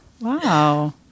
Wow